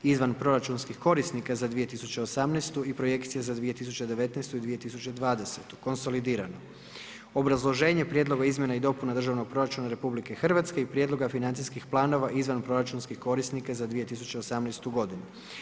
izvanproračunskih korisnika za 2018. i projekcija za 2019. i 2020. konsolidirano obrazloženje prijedloga izmjene i dopune državnog proračuna RH i prijedloga financijskih planova izvanproračunskih korisnika za 2018. godinu.